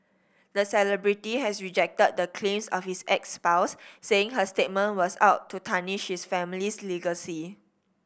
the celebrity has rejected the claims of his ex spouse saying her statement was out to tarnish his family's legacy